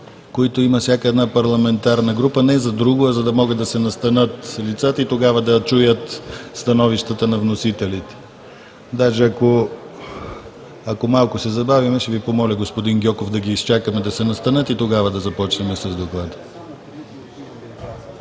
които има всяка една парламентарна група не за друго, а за да могат да се настанят лицата и тогава да чуят становищата на вносителите. Даже, ако малко се забавим, ще Ви помоля господин Гьоков да ги изчакаме да се настанят и тогава да започнем с Доклада.